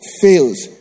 Fails